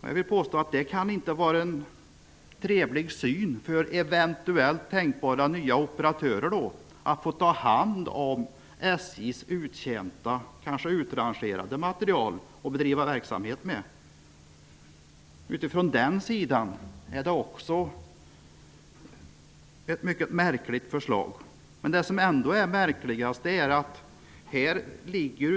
Jag vill påstå att det inte kan vara trevligt för eventuellt tänkbara nya operatörer att få ta hand om SJ:s uttjänta, kanske utrangerade, materiel och bedriva verksamhet med den. Så även sett från den sidan är det ett mycket märkligt förslag, men det allra märkligaste är att